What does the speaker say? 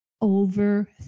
Over